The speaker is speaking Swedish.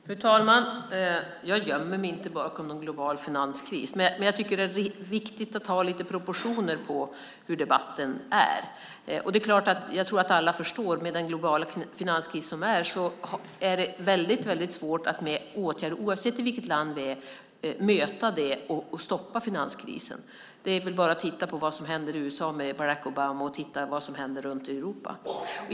Fru talman! Jag gömmer mig inte bakom någon global finanskris, men det är viktigt att ha lite proportioner på hur debatten är. Jag tror att alla förstår att med den globala finanskris vi har är det svårt att med åtgärder, oavsett land, möta det och stoppa finanskrisen. Det är bara att titta på vad som händer i USA med Barack Obama och runt om i Europa.